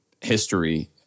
history